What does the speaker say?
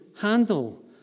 handle